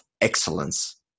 excellence